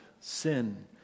sin